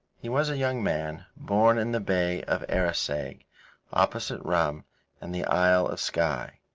he was a young man, born in the bay of arisaig, opposite rum and the isle of skye.